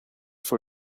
for